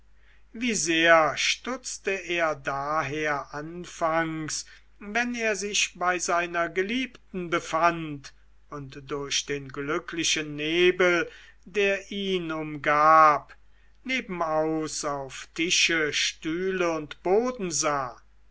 wie sehr stutzte er daher anfangs wenn er sich bei seiner geliebten befand und durch den glücklichen nebel der ihn umgab nebenaus auf tisch stühle und boden sah